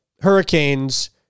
Hurricanes